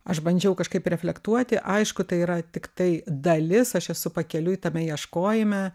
aš bandžiau kažkaip reflektuoti aišku tai yra tiktai dalis aš esu pakeliui tame ieškojime